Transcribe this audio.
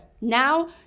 now